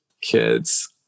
kids